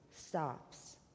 stops